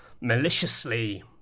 maliciously